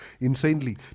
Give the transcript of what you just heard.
insanely